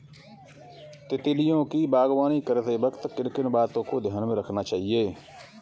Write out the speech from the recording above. तितलियों की बागवानी करते वक्त किन किन बातों को ध्यान में रखना चाहिए?